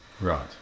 Right